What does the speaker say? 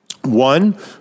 One